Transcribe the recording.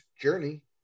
Journey